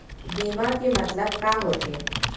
बीमा के मतलब का होथे?